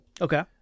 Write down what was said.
Okay